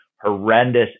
horrendous